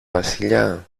βασιλιά